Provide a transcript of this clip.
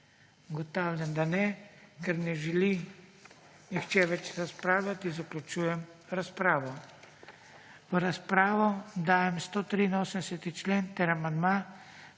Ugotavljam, da ne. Ker ne želi nihče več razpravljati, zaključujem razpravo. V razpravo dajem 277. člen ter amandma